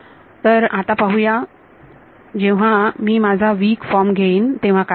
तर आता पाहूया जेव्हा मी माझा वीक फॉर्म घेईन तेव्हा काय होते ते